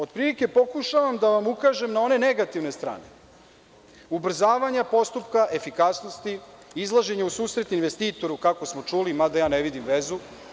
Od prilike pokušavam da vam ukažem na one negativne strane, ubrzavanja postupka, efikasnosti, izlaženje u susret investitoru, kako smo čuli, mada ja ne vidim vezu.